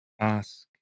ask